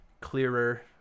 clearer